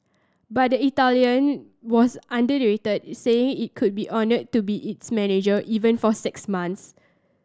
but the Italian was saying he could be honoured to be its manager even for six months